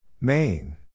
Main